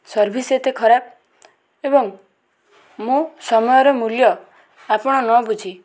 service ଏତେ ଖରାପ ଏବଂ ମୁଁ ସମୟର ମୂଲ୍ୟ ଆପଣ ନବୁଝି